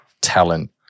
talent